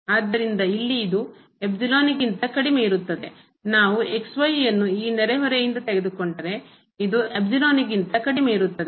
ಆದ್ದರಿಂದ ಇಲ್ಲಿ ಇದು ಕಡಿಮೆ ಇರುತ್ತದೆ ನಾವು ಯನ್ನು ಈ ನೆರೆಹೊರೆಯಿಂದ ತೆಗೆದುಕೊಂಡರೆ ಇದು ಕಡಿಮೆ ಇರುತ್ತದೆ